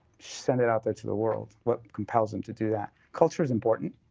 send it out there to the world. what compels them to do that? culture is important,